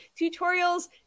Tutorials